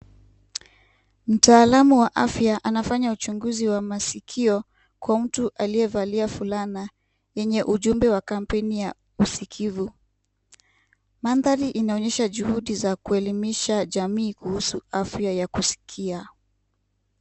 Mtaalamu wa afya anafanya uchunguzi wa masikio kwa mtu aliyevalia fulana yenye ujumbe wa kampeni ya usikivu. Mandhari inaonyesha juhudi za kuelimisha jamii kuhusu afya ya kusikia.